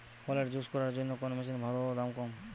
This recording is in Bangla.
ফলের জুস করার জন্য কোন মেশিন ভালো ও দাম কম?